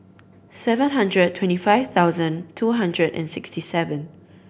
seven hundred twenty five thousand two hundred and sixty seven